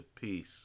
Peace